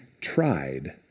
tried